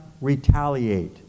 retaliate